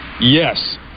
Yes